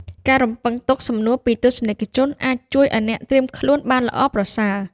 ការរំពឹងទុកសំណួរពីទស្សនិកជនអាចជួយអ្នកឱ្យត្រៀមខ្លួនបានល្អប្រសើរ។